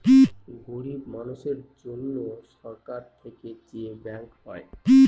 গরিব মানুষের জন্য সরকার থেকে যে ব্যাঙ্ক হয়